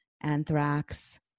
anthrax